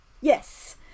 yes